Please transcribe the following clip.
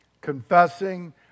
confessing